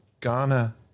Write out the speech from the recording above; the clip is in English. Ghana